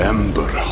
Ember